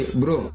bro